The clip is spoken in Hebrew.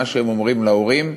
מה שהם אומרים להורים,